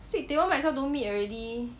split table might as well don't meet already